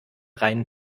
reinen